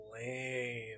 lame